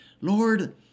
Lord